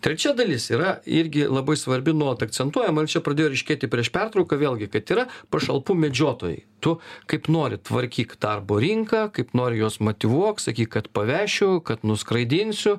trečia dalis yra irgi labai svarbi nuolat akcentuojama ir čia pradėjo ryškėti prieš pertrauką vėlgi kad yra pašalpų medžiotojai tu kaip nori tvarkyk darbo rinką kaip nori juos motyvuok sakyk kad pavešiu kad nuskraidinsiu